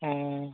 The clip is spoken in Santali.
ᱚᱸ